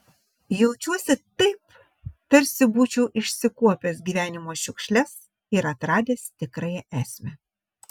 jaučiuosi taip tarsi būčiau išsikuopęs gyvenimo šiukšles ir atradęs tikrąją esmę